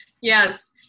Yes